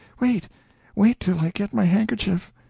wait wait till i get my handkerchief,